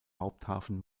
haupthafen